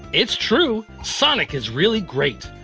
it's true sonic is really great!